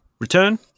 return